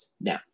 Now